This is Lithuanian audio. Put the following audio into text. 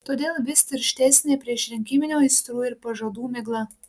todėl vis tirštesnė priešrinkiminių aistrų ir pažadų migla